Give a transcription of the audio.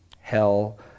hell